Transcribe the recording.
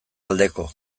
aldeko